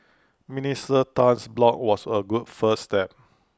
Minister Tan's blog was A good first step